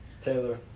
Taylor